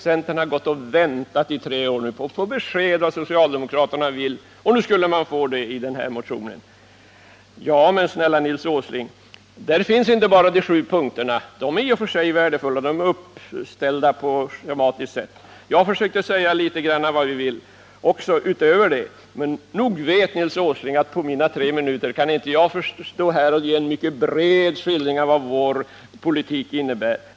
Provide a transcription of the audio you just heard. Centern har gått och väntat i tre år på att få besked om vad socialdemo kraterna vill, säger Nils Åsling, och nu trodde man att man skulle få det i den här motionen. Men snälla Nils Åsling, där finns inte bara de sju punkterna, som i och för sig är värdefulla. Jag har försökt säga litet grand om vad vi vill utöver vad som står i motionen, men Nils Åsling vet att på mina tre minuter kan jag inte ge en bred skildring av vad vår politik innebär.